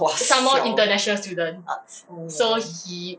!wah! siao arts mmhmm